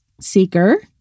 Seeker